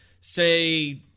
say